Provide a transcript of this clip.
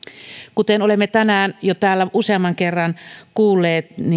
kuten olemme tänään täällä jo useamman kerran kuulleet